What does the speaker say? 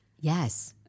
yes